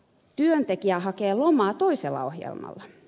työntekijä hakee lomaa toisella ohjelmalla